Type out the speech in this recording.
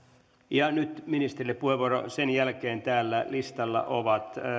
kerta nyt ministerille puheenvuoro sen jälkeen täällä listalla ovat